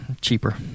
cheaper